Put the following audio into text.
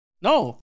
No